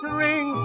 ring